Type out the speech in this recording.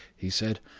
he said,